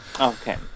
Okay